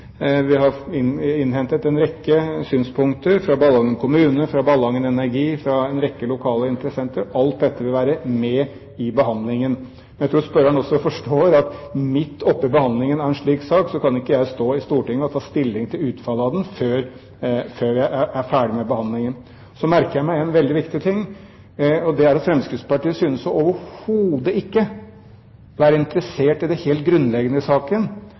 Vi har innhentet en rekke synspunkter fra Ballangen kommune, fra Ballangen Energi, fra en rekke lokale interessenter. Alt dette vil være med i behandlingen. Jeg tror spørreren også forstår at midt oppi behandlingen av en slik sak kan ikke jeg stå i Stortinget og ta stilling til utfallet av den før vi er ferdige med behandlingen. Så merker jeg meg en veldig viktig ting, og det er at Fremskrittspartiet overhodet ikke synes å være interessert i det helt grunnleggende i saken,